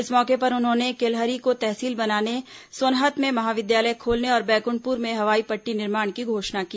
इस मौके पर उन्होंने केल्हरी को तहसील बनाने सोनहत में महाविद्यालय खोलने और बैकुंठपुर में हवाई पट्टी निर्माण की घोषणा की